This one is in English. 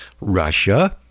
Russia